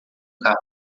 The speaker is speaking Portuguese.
carro